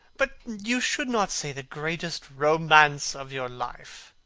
but you should not say the greatest romance of your life.